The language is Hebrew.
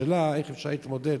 השאלה איך אפשר להתמודד